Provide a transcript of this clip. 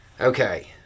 Okay